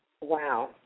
wow